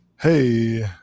Hey